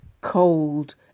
cold